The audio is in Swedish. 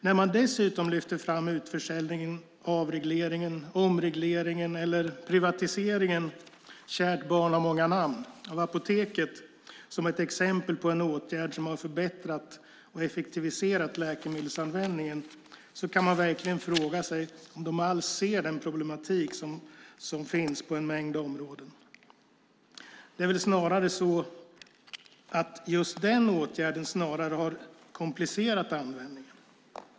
När man dessutom lyfter fram utförsäljningen, avregleringen, omregleringen eller privatiseringen - kärt barn har många namn - av apoteken som ett exempel på en åtgärd som har förbättrat och effektiviserat läkemedelsanvändningen, då kan man verkligen fråga sig om de alls ser den problematik som finns på en mängd områden. Just den åtgärden har snarare komplicerat användningen.